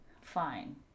Fine